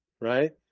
right